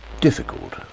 difficult